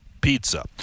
Pizza